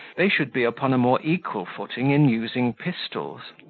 they should be upon a more equal footing in using pistols.